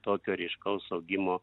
tokio ryškaus augimo